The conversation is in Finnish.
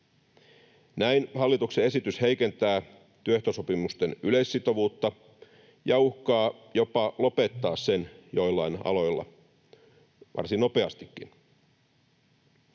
Näin hallituksen esitys heikentää työehtosopimusten yleissitovuutta ja uhkaa jopa lopettaa sen joillain aloilla varsin nopeastikin.